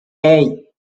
hey